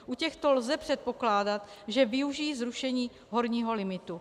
U těchto lze předpokládat, že využijí zrušení horního limitu.